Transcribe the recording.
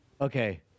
Okay